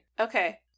Okay